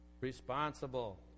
Responsible